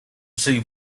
see